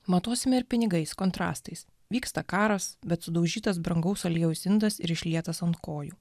matuosime ir pinigais kontrastais vyksta karas bet sudaužytas brangaus aliejaus indas ir išlietas ant kojų